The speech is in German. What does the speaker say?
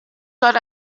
dort